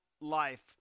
life